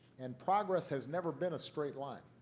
and progress has never been a straight line,